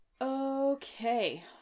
Okay